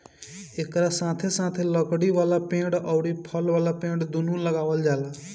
एकरा साथे साथे लकड़ी वाला पेड़ अउरी फल वाला पेड़ दूनो लगावल जाला